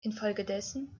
infolgedessen